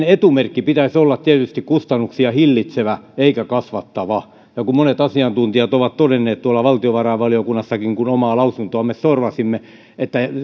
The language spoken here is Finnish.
etumerkin pitäisi olla tietysti kustannuksia hillitsevä eikä kasvattava ja kun monet asiantuntijat totesivat tuolla valtiovarainvaliokunnassakin kun omaa lausuntoamme sorvasimme että